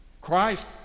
Christ